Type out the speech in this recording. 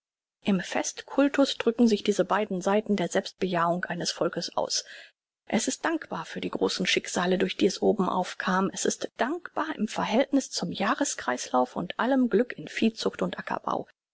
im fest cultus drücken sich diese beiden seiten der selbstbejahung eines volkes aus es ist dankbar für die großen schicksale durch die es obenauf kam es ist dankbar im verhältniß zum jahreskreislauf und allem glück in viehzucht und ackerbau